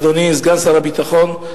אדוני סגן שר הביטחון,